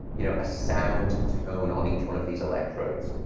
you know, a sound tone on each one of these electrodes.